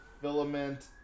Filament